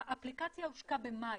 האפליקציה הושקה במאי.